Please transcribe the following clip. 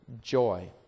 joy